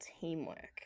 teamwork